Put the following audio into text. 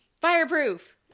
Fireproof